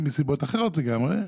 מסיבות אחרות לגמרי,